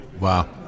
Wow